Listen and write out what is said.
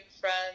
friends